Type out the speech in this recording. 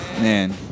Man